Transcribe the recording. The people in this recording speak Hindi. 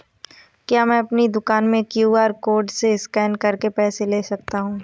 क्या मैं अपनी दुकान में क्यू.आर कोड से स्कैन करके पैसे ले सकता हूँ?